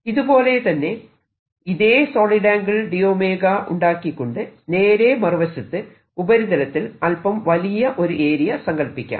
ഇതുപോലെത്തന്നെ ഇതേ solid angle d𝝮 ഉണ്ടാക്കികൊണ്ട് നേരെ മറുവശത്ത് ഉപരിതലത്തിൽ അല്പം വലിയ ഒരു ഏരിയ സങ്കല്പിക്കാം